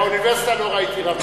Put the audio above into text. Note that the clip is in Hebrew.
באוניברסיטה לא ראיתי רמה כזאת.